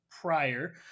prior